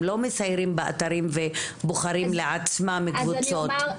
הם לא מסיירים באתרים ובוחרים לעצמם את הקבוצות.